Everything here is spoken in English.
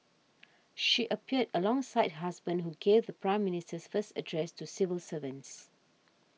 she appeared alongside her husband who gave the Prime Minister's first address to civil servants